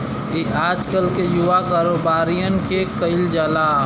ई आजकल के युवा कारोबारिअन के कहल जाला